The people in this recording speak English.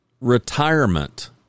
retirement